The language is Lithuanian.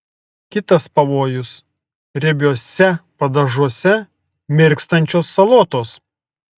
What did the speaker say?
kitas pavojus riebiuose padažuose mirkstančios salotos